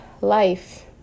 life